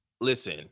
Listen